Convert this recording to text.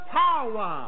power